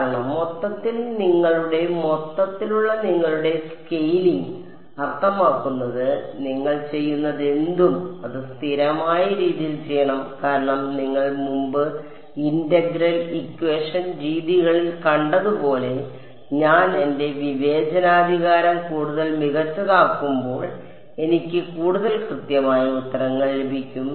കാരണം മൊത്തത്തിൽ നിങ്ങളുടെ മൊത്തത്തിലുള്ള നിങ്ങളുടെ സ്കെയിലിംഗ് അർത്ഥമാക്കുന്നത് നിങ്ങൾ ചെയ്യുന്നതെന്തും അത് സ്ഥിരമായ രീതിയിൽ ചെയ്യണം കാരണം നിങ്ങൾ മുമ്പ് ഇന്റഗ്രൽ ഇക്വേഷൻ രീതികളിൽ കണ്ടതുപോലെ ഞാൻ എന്റെ വിവേചനാധികാരം കൂടുതൽ മികച്ചതാക്കുമ്പോൾ എനിക്ക് കൂടുതൽ കൃത്യമായ ഉത്തരങ്ങൾ ലഭിക്കും